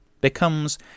becomes